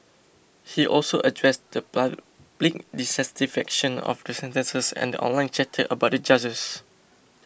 he also addressed the public dissatisfaction of the sentences and online chatter about the judges